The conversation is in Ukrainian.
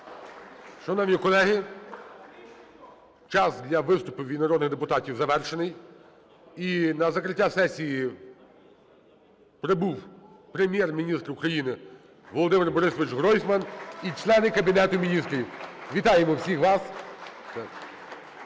Шановні колеги, час для виступів від народних депутатів завершений. І на закриття сесії прибув Прем'єр-міністр України Володимир Борисович Гройсман і члени Кабінету Міністрів. Вітаємо всіх вас!